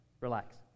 relax